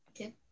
Okay